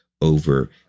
over